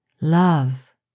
love